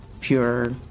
pure